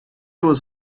was